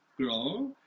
grow